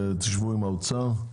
תשבו עם האוצר.